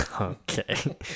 Okay